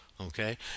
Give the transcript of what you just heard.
okay